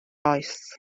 oes